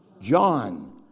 John